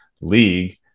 league